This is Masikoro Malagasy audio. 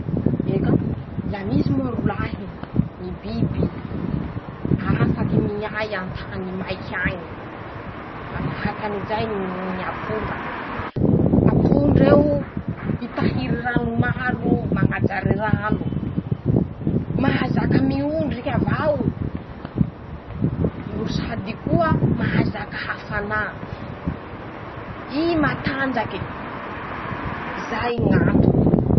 Eka !la misy moa rolahy ñy biby afaky miay an-tany maiky añy: -Manahaky anizay ñy apondra. apondr'eo mitahiry rano maro. mañajary rano. mahazaka miondriky avao. ro sady koa mahazaka hafanà. i matanjake. zay ñ'antony.